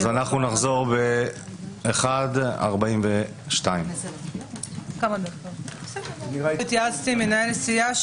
אז אנחנו נחזור בשעה 13:42. (הישיבה נפסקה בשעה